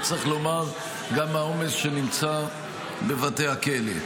וצריך לומר, גם העומס שנמצא בבתי הכלא.